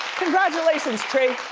congratulations tree.